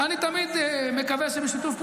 ואני תמיד מקווה שבשיתוף פעולה,